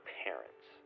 parents